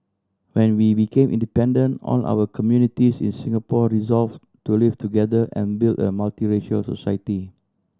when we became independent all our communities in Singapore resolved to live together and build a multiracial society